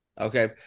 Okay